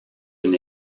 une